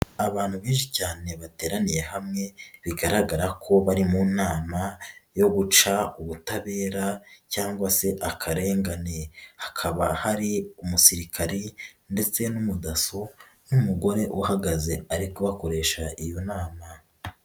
Abantu benshi cyane bateraniye hamwe bigaragara ko bari mu nama yo guca ubutabera cyangwa se akarengane, hakaba hari umusirikare ndetse n'umu Dasso, n'umugore uhagaze ari kubakoresha iyo nama.